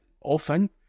often